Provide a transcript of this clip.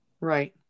Right